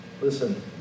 listen